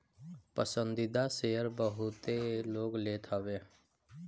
पसंदीदा शेयर बहुते लोग लेत हवे